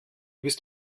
bist